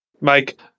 Mike